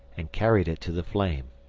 and carried it to the flame.